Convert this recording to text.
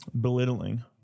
belittling